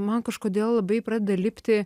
man kažkodėl labai pradeda lipti